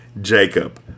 Jacob